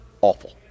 awful